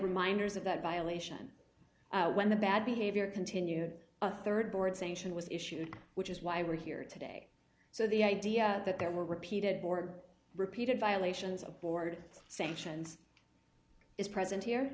reminders of that violation when the bad behavior continued a rd board sanction was issued which is why we're here today so the idea that there were repeated board repeated violations of board sanctions is present here